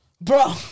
Bro